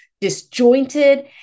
disjointed